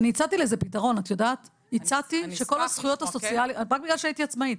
אני הצעתי לזה פתרון רק בגלל שהייתי עצמאית.